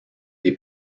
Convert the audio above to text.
des